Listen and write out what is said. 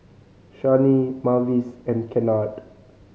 Shani Mavis and Kennard